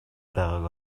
байгааг